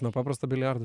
nuo paprasto biliardo